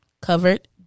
covered